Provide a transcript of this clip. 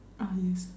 ah yes